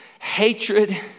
hatred